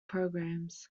programs